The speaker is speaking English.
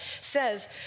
says